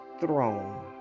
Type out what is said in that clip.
throne